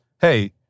hey